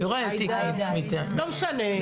שקראתי --- ביוראי אל תגעי --- לא משנה,